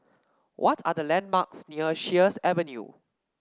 what are the landmarks near Sheares Avenue